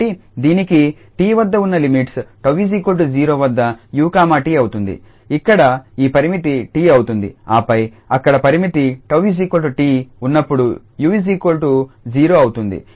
కాబట్టి దీనికి 𝑡 వద్ద ఉన్న లిమిట్స్ 𝜏0 వద్ద 𝑢𝑡 అవుతుంది ఇక్కడ ఈ పరిమితి 𝑡 అవుతుందిఆపై అక్కడ పరిమితి 𝜏𝑡 ఉన్నప్పుడు 𝑢0 అవుతుంది